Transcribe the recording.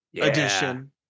edition